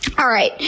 alright,